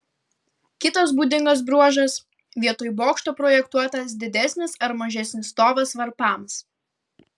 kitas būdingas bruožas vietoj bokšto projektuotas didesnis ar mažesnis stovas varpams